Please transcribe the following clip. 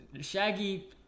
Shaggy